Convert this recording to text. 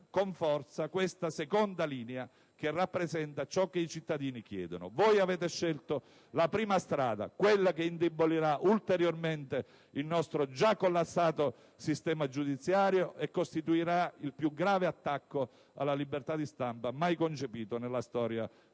con forza questa seconda linea, che rappresenta ciò che i cittadini chiedono. Voi avete scelto la prima strada, quella che indebolirà ulteriormente il nostro già collassato sistema giudiziario e costituirà il più grave attacco alla libertà di stampa mai concepito nella storia